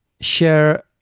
share